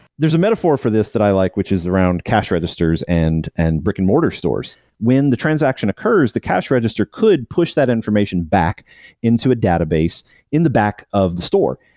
there's a metaphor for this that i like, which is around cash registers and and brick and-mortar stores. when the transaction occurs, the cash register could push that information back into a database in the back of the store.